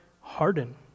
harden